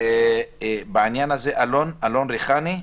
בעניין הזה, אלון ריחני.